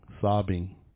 sobbing